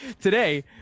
today